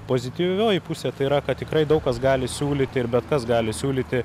pozityvioji pusė tai yra kad tikrai daug kas gali siūlyti ir bet kas gali siūlyti